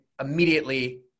immediately